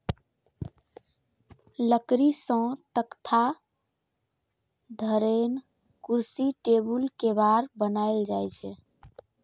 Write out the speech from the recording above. लकड़ी सं तख्ता, धरेन, कुर्सी, टेबुल, केबाड़ बनाएल जाइ छै